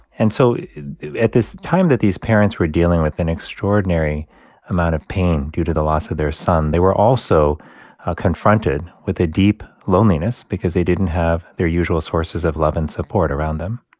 and so at this time that these parents were dealing with an extraordinary amount of pain due to the loss of their son, they were also confronted with a deep loneliness because they didn't have their usual sources of love and support around them